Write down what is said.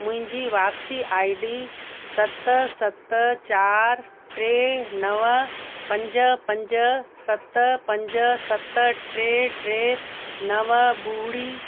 मुंहिंजी वापिसी I D सत सत चारि टे नव पंज पंज सत पंज सत टे टे नव ॿुड़ी